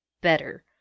better